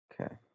Okay